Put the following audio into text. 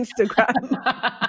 Instagram